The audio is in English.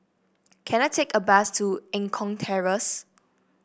can I take a bus to Eng Kong Terrace